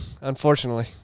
unfortunately